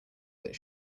that